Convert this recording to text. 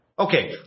Okay